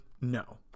No